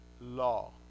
law